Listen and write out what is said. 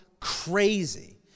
Crazy